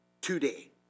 today